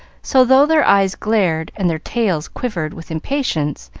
so, though their eyes glared and their tails quivered with impatience,